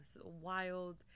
wild